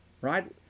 right